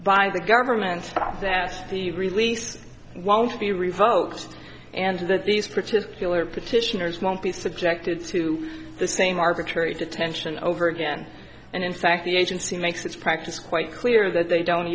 by the government that the release won't be revoked and that these particular petitioners won't be subjected to the same arbitrary detention over again and in fact the agency makes its practice quite clear that they don't